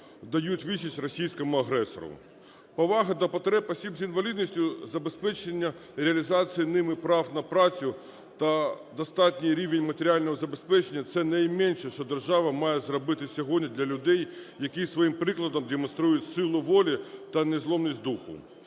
дають відсіч російському агресору. Повага до потреб осіб з інвалідністю, забезпечення і реалізація ними прав на працю та достатній рівень матеріального забезпечення – це найменше, що держава має зробити сьогодні для людей, які своїм прикладом демонструють силу волі та незламність духу.